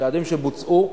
צעדים שבוצעו,